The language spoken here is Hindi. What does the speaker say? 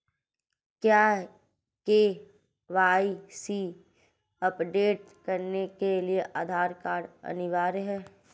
क्या के.वाई.सी अपडेट करने के लिए आधार कार्ड अनिवार्य है?